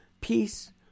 peace